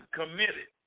committed